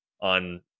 on